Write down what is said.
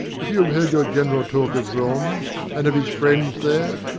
if you have heard your general talk of rome and of his friends there,